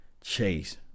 chase